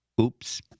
Oops